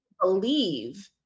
believe